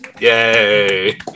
yay